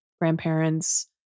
grandparents